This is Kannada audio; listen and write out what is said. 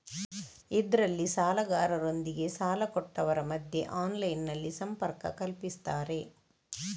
ಇದ್ರಲ್ಲಿ ಸಾಲಗಾರರೊಂದಿಗೆ ಸಾಲ ಕೊಟ್ಟವರ ಮಧ್ಯ ಆನ್ಲೈನಿನಲ್ಲಿ ಸಂಪರ್ಕ ಕಲ್ಪಿಸ್ತಾರೆ